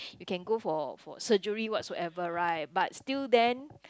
you can go for for surgery whatsoever right but still then